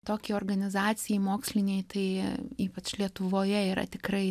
tokiai organizacijai mokslinei tai ypač lietuvoje yra tikrai